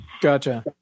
Gotcha